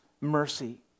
mercy